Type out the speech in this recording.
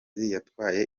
yatwaye